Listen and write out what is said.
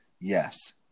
Yes